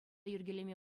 йӗркелеме